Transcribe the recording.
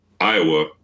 Iowa